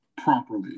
properly